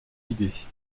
idées